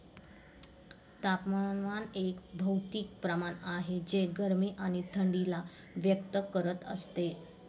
तापमान एक भौतिक प्रमाण आहे जे गरमी आणि थंडी ला व्यक्त करत असते